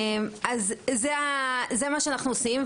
זו העשייה שלנו,